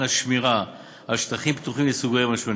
השמירה על שטחים פתוחים לסוגיהם השונים.